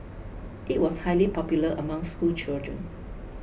it was highly popular among schoolchildren